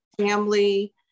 family